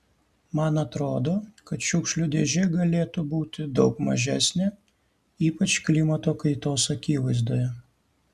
man atrodo kad šiukšlių dėžė galėtų būti daug mažesnė ypač klimato kaitos akivaizdoje